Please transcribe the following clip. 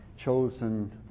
chosen